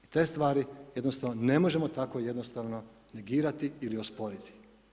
I te stvari jednostavno ne možemo tako jednostavno negirati ili osporiti.